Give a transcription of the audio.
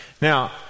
Now